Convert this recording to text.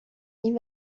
این